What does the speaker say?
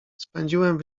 spędziłem